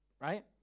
right